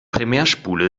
primärspule